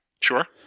Sure